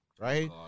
right